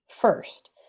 first